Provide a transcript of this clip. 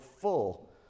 full